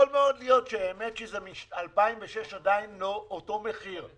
יכול מאוד להיות שמ-2006 זה עדיין אותו מחיר,